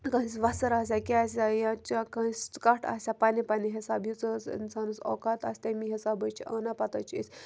کٲنٛسہِ وَژھٕر آسیٛاہ کینٛہہ آسیٛاہ یہِ چھا کٲنٛسہِ کَٹھ آسیٛاہ پنٛنہِ پنٛنہِ حِساب یوٗتاہ حظ اِنسانَس اوقات آسہِ تٔمی حِساب حظ چھِ اَنان پَتہٕ حظ چھِ أسۍ